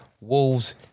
wolves